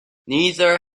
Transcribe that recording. neither